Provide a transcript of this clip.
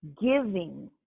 giving